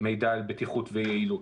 מידע על בטיחות ויעילות,